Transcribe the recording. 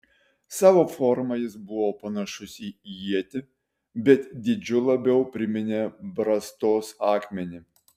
savo forma jis buvo panašus į ietį bet dydžiu labiau priminė brastos akmenį